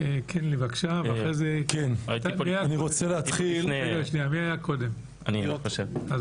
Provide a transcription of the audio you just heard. אני מבקש להתחיל את